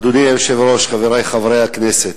אדוני היושב-ראש, חברי חברי הכנסת,